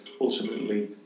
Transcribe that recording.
ultimately